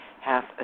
half